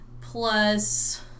plus